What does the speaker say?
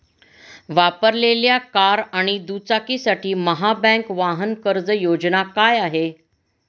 वापरलेल्या कार आणि दुचाकीसाठी महाबँक वाहन कर्ज योजना काय आहे?